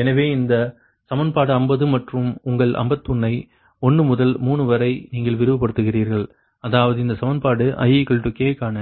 எனவே அந்த சமன்பாடு 50 மற்றும் உங்கள் 51 ஐ 1 முதல் 3 வரை நீங்கள் விரிவுபடுத்துகிறீர்கள் அதாவது இந்த சமன்பாடு i k க்கான